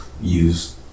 use